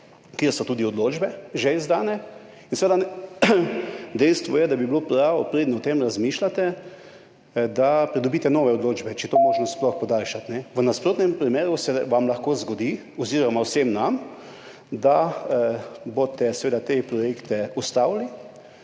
kjer so tudi odločbe že izdane. Dejstvo je, da bi bilo prav, preden o tem razmišljate, da pridobite nove odločbe, če je to sploh možno podaljšati. V nasprotnem primeru se vam lahko zgodi oziroma vsem nam, da boste te projekte ustavili